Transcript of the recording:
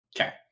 Okay